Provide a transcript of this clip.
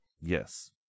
Yes